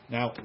Now